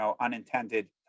unintended